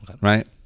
right